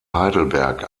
heidelberg